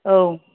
औ